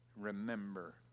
remember